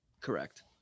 Correct